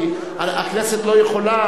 כי הכנסת לא יכולה,